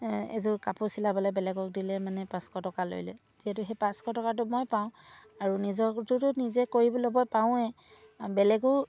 এযোৰ কাপোৰ চিলাবলৈ বেলেগক দিলে মানে পাঁচশ টকা লৈ লয় যিহেতু সেই পাঁচশ টকাটো মই পাওঁ আৰু নিজৰটোতো নিজে কৰিব ল'ব পাৰোঁৱেই বেলেগো